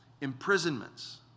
imprisonments